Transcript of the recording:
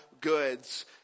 goods